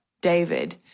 David